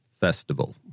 Festival